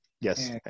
Yes